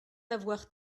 avoir